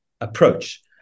approach